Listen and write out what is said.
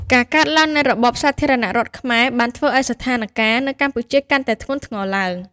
ការកើតឡើងនៃរបបសាធារណរដ្ឋខ្មែរបានធ្វើឱ្យស្ថានការណ៍នៅកម្ពុជាកាន់តែធ្ងន់ធ្ងរឡើង។